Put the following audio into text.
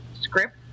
script